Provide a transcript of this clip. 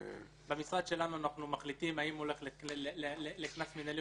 -- ובמשרד שלנו אנחנו מחליטים האם הוא הולך לקנס מינהלי,